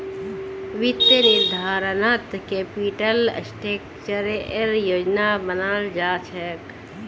वित्तीय निर्धारणत कैपिटल स्ट्रक्चरेर योजना बनाल जा छेक